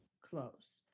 close